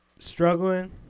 Struggling